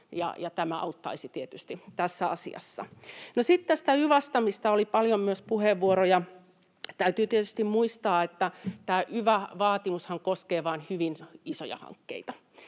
tämä auttaisi tietysti tässä asiassa. No sitten tästä yva:sta, mistä myös oli paljon puheenvuoroja: Täytyy tietysti muistaa, että tämä yva-vaatimushan koskee vain hyvin isoja hankkeita,